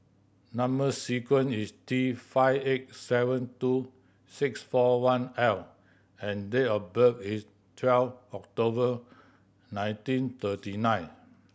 number sequence is T five eight seven two six four one L and date of birth is twelve October nineteen thirty nine